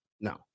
no